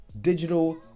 Digital